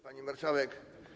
Pani Marszałek!